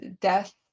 death